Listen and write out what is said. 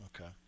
Okay